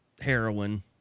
Heroin